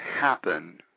happen